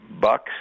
bucks